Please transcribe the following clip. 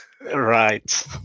Right